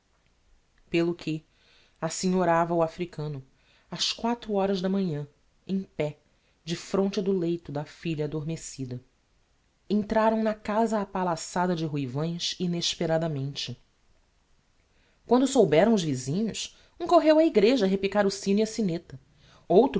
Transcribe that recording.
pelo que assim orava o africano ás quatro horas da manhã em pé defronte do leito da filha adormecida entraram na casa apalaçada de ruivães inesperadamente quando o souberam os visinhos um correu á igreja a repicar o sino e a sineta outro